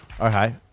Okay